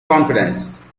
confidence